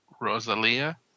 Rosalia